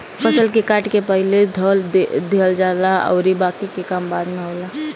फसल के काट के पहिले धअ देहल जाला अउरी बाकि के काम बाद में होला